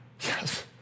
yes